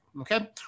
okay